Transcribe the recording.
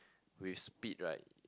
with speed right